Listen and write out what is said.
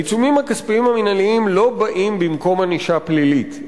העיצומים הכספיים המינהליים לא באים במקום ענישה פלילית.